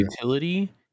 utility